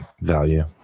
value